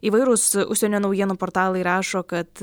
įvairūs užsienio naujienų portalai rašo kad